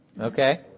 Okay